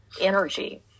energy